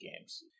games